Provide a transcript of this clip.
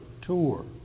tour